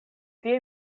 tie